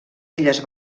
illes